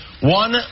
one